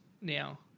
now